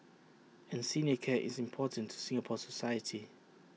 and senior care is important to Singapore society